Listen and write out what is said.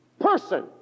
person